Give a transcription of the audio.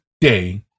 day